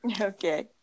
Okay